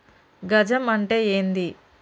గజం అంటే ఏంది?